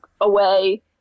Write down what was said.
away